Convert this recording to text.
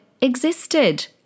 existed